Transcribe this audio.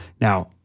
now